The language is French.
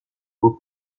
beau